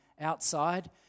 outside